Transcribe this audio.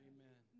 Amen